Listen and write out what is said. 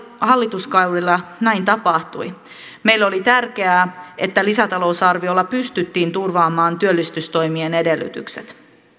hallituskaudella näin tapahtui meille oli tärkeää että lisätalousarviolla pystyttiin turvaamaan työllistystoimien edellytykset